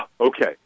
okay